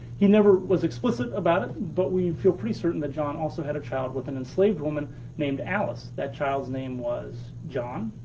he never was explicit about it, but we feel pretty certain that john also had a child with an enslaved woman named alice. that child's name was john.